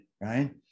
right